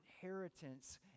inheritance